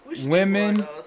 women